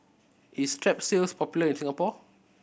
is Strepsils popular in Singapore